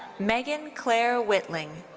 megen claire wittling.